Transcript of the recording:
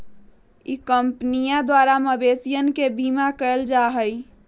ई कंपनीया द्वारा मवेशियन के बीमा कइल जाहई